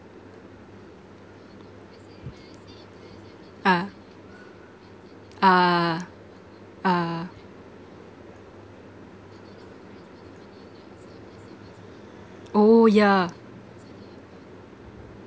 ah ah ah oh ya